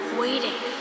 waiting